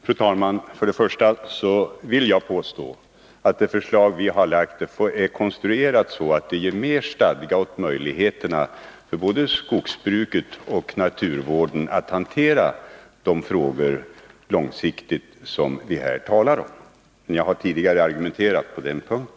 Fru talman! Jag vill först och främst påstå att vårt förslag är konstruerat så, att det ger mer stadga åt möjligheterna för både skogsbruket och naturvården att långsiktigt hantera de frågor som vi här talar om. Jag har tidigare argumenterat på denna punkt.